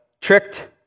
tricked